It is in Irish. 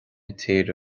tíre